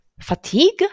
fatigue